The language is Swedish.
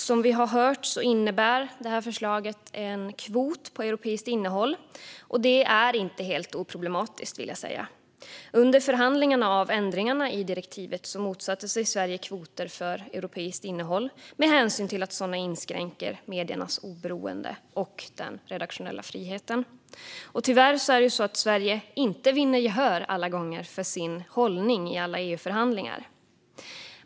Som vi har hört innebär förslaget en kvot på europeiskt innehåll. Det är inte helt oproblematiskt. Under förhandlingarna rörande ändringarna i direktivet motsatte sig Sverige kvoter för europeiskt innehåll med hänsyn till att sådana inskränker mediernas oberoende och den redaktionella friheten. Tyvärr vinner Sverige inte gehör för sin hållning i alla EU-förhandlingar.